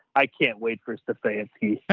i can't wait for us to fancy.